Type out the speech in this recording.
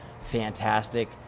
fantastic